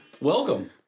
Welcome